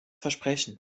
versprechen